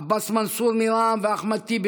עבאס מנסור מרע"מ ואחמד טיבי,